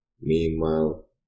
Meanwhile